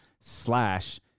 slash